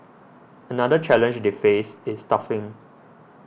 another challenge they faced is staffing